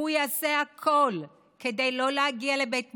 הוא יעשה הכול כדי לא להגיע לבית משפט,